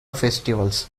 festivals